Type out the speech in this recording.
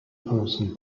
person